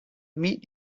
meet